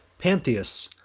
pantheus,